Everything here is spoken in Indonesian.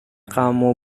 kamu